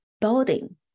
building